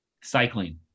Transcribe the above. cycling